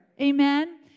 Amen